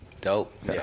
Dope